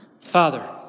Father